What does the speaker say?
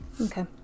Okay